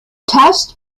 tests